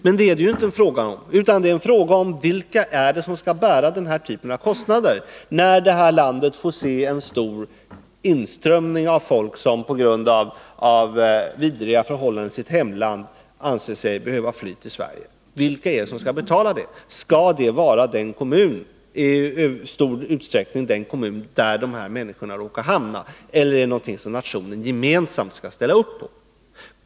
Men det är det inte fråga om, utan frågan gäller vilka som skall bära den här typen av kostnader, när det här landet får motta en ström av folk, som på grund av vidriga förhållanden i sitt hemland anser sig behöva fly till Sverige. Vilka är det som skall betala det? Skall det i stor utsträckning vara den kommun där de här människorna råkar hamna, eller är det något som nationen gemensamt skall ställa upp på?